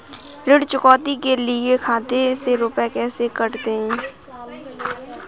ऋण चुकौती के लिए खाते से रुपये कैसे कटते हैं?